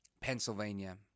Pennsylvania